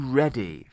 ready